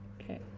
Okay